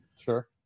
Sure